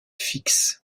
fixe